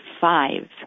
five